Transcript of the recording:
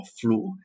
flu